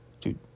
dude